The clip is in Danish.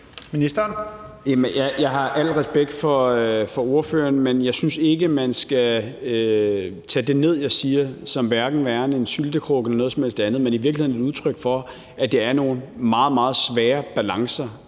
Jeg har al respekt for ordføreren, men jeg synes ikke, man skal tage det, jeg siger, ned som værende hverken en syltekrukke eller noget som helst andet, men i virkeligheden som et udtryk for, at det er nogle meget, meget svære balancer